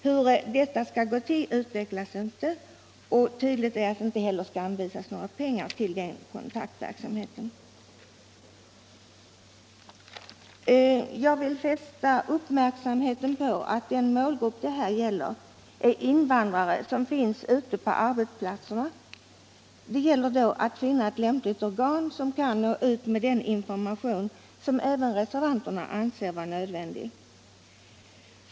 Hur detta skall gå till utvecklas inte, och tydligt är att det inte heller skall anvisas några pengar för den kontaktverksamheten. Jag vill fästa uppmärksamheten på att den målgrupp det här rör sig om är invandrare som finns ute på arbetsplatserna. Det gäller då att finna ett lämpligt organ som kan nå ut med den information som även reservanterna anser vara nödvändig.